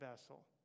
vessel